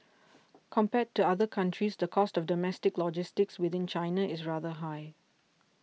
compared to other countries the cost of domestic logistics within China is rather high